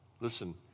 Listen